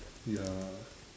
ya